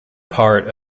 part